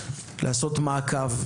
לעשות מעקב,